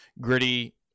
gritty